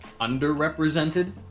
underrepresented